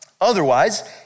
Otherwise